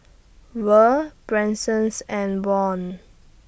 Vere Bransons and Wong